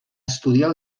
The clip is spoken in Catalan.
estudiar